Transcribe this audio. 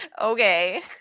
Okay